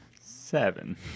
Seven